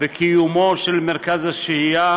בקיומו של מרכז השהייה,